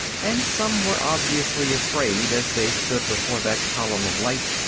and some were obviously afraid as they stood before that column of light,